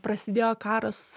prasidėjo karas